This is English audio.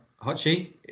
Hachi